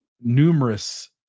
numerous